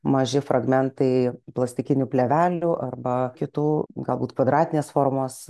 maži fragmentai plastikinių plėvelių arba kitų galbūt kvadratinės formos